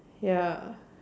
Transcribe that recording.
ya